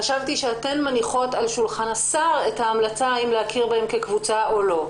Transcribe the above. חשבתי שאתן מניחות על שולחן השר האם להכיר בהן כקבוצה או לא.